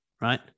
right